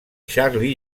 charlie